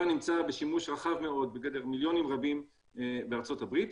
נמצא בשימוש רחב מאוד בגדר מיליונים רבים בארצות הברית,